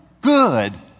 good